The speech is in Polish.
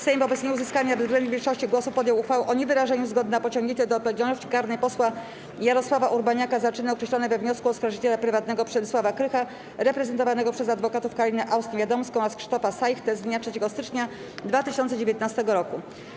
Sejm wobec nieuzyskania bezwzględnej większości głosów podjął uchwałę o niewyrażeniu zgody na pociągnięcie do odpowiedzialności karnej posła Jarosława Urbaniaka za czyny określone we wniosku oskarżyciela prywatnego Przemysława Krycha reprezentowanego przez adwokatów Karinę Aust-Niewiadomską oraz Krzysztofa Sajchtę z dnia 3 stycznia 2019 r.